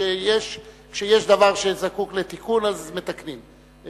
כשיש דבר שזקוק לתיקון אז מתקנים,